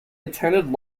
attended